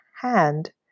hand